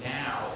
now